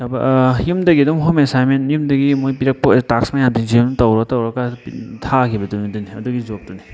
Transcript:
ꯊꯕꯛ ꯌꯨꯝꯗꯒꯤ ꯑꯗꯨꯝ ꯍꯣꯝ ꯑꯦꯁꯥꯏꯟꯃꯦꯟ ꯌꯨꯝꯗꯒꯤ ꯃꯣꯏ ꯄꯤꯔꯛꯄ ꯇꯥꯛꯁ ꯃꯌꯥꯝꯁꯤꯡꯁꯦ ꯑꯗꯨꯝ ꯇꯧꯔ ꯇꯧꯔꯒ ꯊꯥꯈꯤꯕꯗꯨꯅꯤ ꯑꯗꯨꯅꯤ ꯑꯗꯨꯒꯤ ꯖꯣꯕꯇꯨꯅꯤ